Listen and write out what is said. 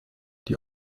die